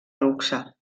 luxe